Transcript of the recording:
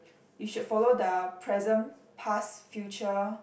you should follow the present past future